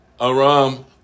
Aram